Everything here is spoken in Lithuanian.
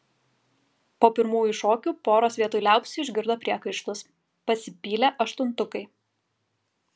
po pirmųjų šokių poros vietoj liaupsių išgirdo priekaištus pasipylė aštuntukai